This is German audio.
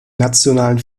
nationalen